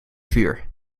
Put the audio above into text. vuur